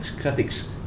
critics